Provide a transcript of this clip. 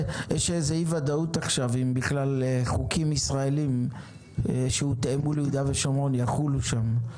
ודאות עכשיו אם בכלל חוקים ישראליים שהותאמו ליהודה ושומרון יחולו שם.